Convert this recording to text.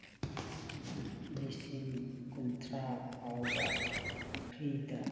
ꯂꯤꯁꯤꯡ ꯀꯨꯟꯊ꯭ꯔꯥ ꯐꯥꯎꯕ ꯐ꯭ꯔꯤꯗ